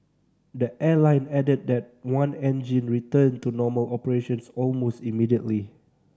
the airline added that one engine returned to normal operations almost immediately